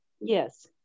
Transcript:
yes